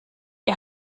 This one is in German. ihr